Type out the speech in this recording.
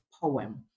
poem